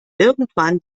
irgendwann